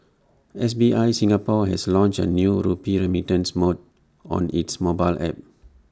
S B I Singapore has launched A new rupee remittance more on its mobile app